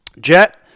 Jet